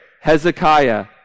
Hezekiah